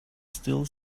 still